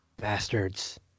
Bastards